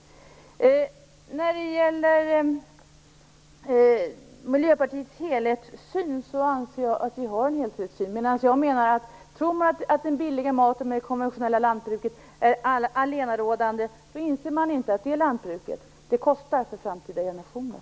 Jag anser att Miljöpartiet har en helhetssyn. Om man tror att den billiga maten med det konventionella lantbruket är allena rådande inser man inte att det lantbruket kostar för framtida generationer.